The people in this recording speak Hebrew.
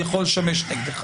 יכול לשמש נגדו.